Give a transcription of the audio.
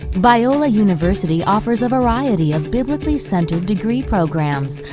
biola university offers a variety of biblically centered degree programs,